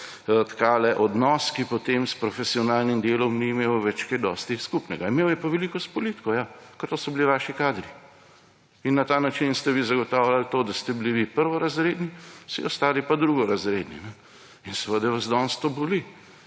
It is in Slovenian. tkale odnos, ki potem s profesionalnim delom ni imel več kaj dosti skupnega. Imel je pa veliko s politiko. Ja, ker to so bili vaši kadri. Na ta način ste vi zagotavljali to, da ste bili prvorazredni, vsi ostali pa drugorazredni. In seveda vas danes to boli.